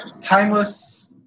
timeless